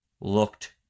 looked